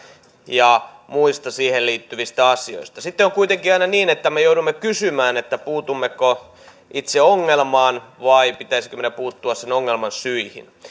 ja muista niihin liittyvistä asioista sitten on kuitenkin aina niin että me joudumme kysymään puutummeko itse ongelmaan vai pitäisikö meidän puuttua sen ongelman syihin